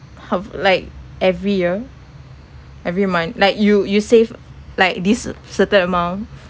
ho~ like every year every month like you you save like this certain amount